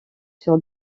sur